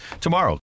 tomorrow